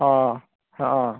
ହଁ ହଁ